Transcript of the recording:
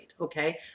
okay